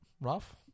Rough